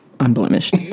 Unblemished